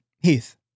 Heath